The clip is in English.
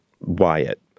Wyatt